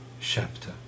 chapter